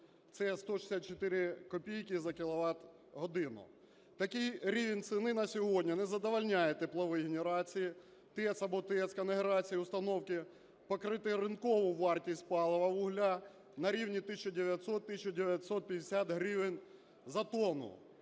це 164 копійки за кіловат/годину. Такий рівень ціни на сьогодні не задовольняє теплові генерації, ТЕЦ або ТЕС, конгенерації, установки покрити ринкову вартість палива вугілля на рівні 1900-1950 гривень за тонну,